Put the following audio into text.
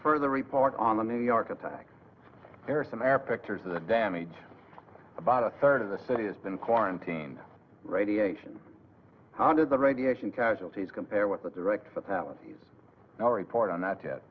further report on the new york attack there are some air pictures of the damage about a third of the city has been quarantined radiation how did the radiation casualties compare with the direct fatalities now report on that